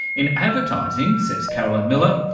in advertising, says carolyn miller,